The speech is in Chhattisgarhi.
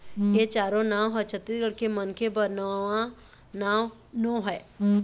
ए चारो नांव ह छत्तीसगढ़ के मनखे बर नवा नांव नो हय